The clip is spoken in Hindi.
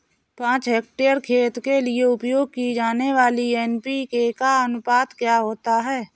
पाँच हेक्टेयर खेत के लिए उपयोग की जाने वाली एन.पी.के का अनुपात क्या होता है?